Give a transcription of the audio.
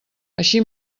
així